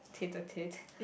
tater tate